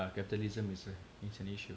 ya capitalism is an issue